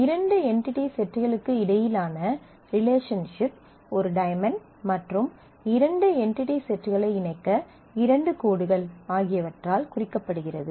இரண்டு என்டிடி செட்களுக்கு இடையிலான ரிலேஷன்ஷிப் ஒரு டயமண்ட் மற்றும் இரண்டு என்டிடி செட்களை இணைக்க இரண்டு கோடுகள் ஆகியவற்றால் குறிக்கப்படுகிறது